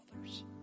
others